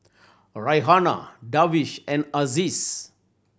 Raihana Darwish and Aziz